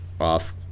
off